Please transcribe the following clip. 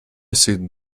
sit